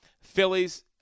Phillies